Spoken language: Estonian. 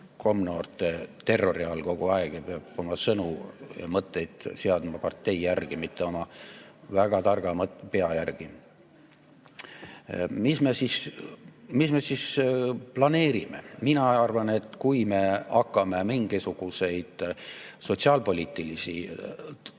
komnoorte terrori all kogu aeg ja peab oma sõnu-mõtteid seadma partei järgi, mitte oma väga targa pea järgi. Mis me siis planeerime? Mina arvan, et kui me hakkame mingisuguseid sotsiaalpoliitilisi